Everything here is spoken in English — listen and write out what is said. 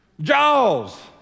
Jaws